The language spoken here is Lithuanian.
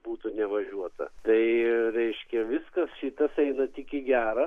būtų nevažiuota tai reiškia viskas šitas eina tik į gera